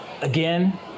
Again